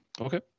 Okay